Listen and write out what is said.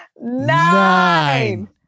nine